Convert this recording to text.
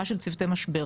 הרמה של צוותי משבר.